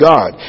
God